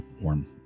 warm